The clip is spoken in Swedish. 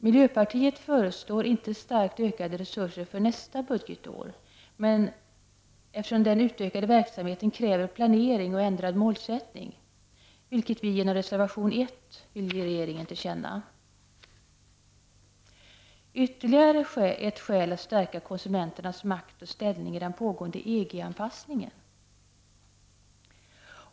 Miljöpartiet föreslår inte starkt ökade resurser för nästa budgetår, eftersom den utökade verksamheten kräver planering och ändrad målsättning, vilket vi genom reservation 1 vill ge regeringen till känna. Ytterligare ett skäl att stärka konsumenternas makt och ställning är den pågående EG-anpassningen.